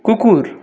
কুকুর